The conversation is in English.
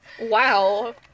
Wow